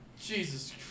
Jesus